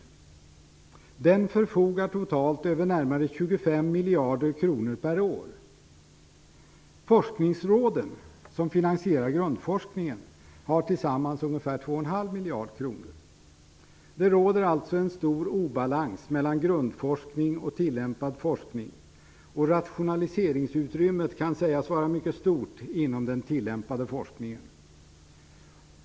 Sektorsforskningen förfogar totalt över närmare 25 miljarder kronor per år. Forskningsråden, som finansierar grundforskningen, har tillsammans ungefär 2,5 miljarder kronor. Det råder alltså en stor obalans mellan grundforskning och tillämpad forskning. Rationaliseringsutrymmet kan sägas vara mycket stort inom den tillämpade forskningen.